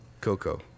Coco